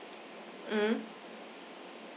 mm